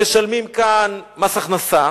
הם משלמים כאן מס הכנסה,